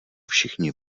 všichni